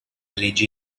leggi